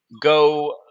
Go